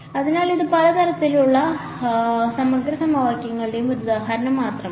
അതിനാൽ ഇത് പല തരത്തിലുള്ള സമഗ്ര സമവാക്യങ്ങളുടെ ഒരു ഉദാഹരണം മാത്രമാണ്